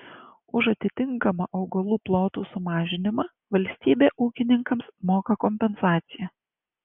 už atitinkamą augalų plotų sumažinimą valstybė ūkininkams moka kompensaciją